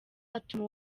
atuma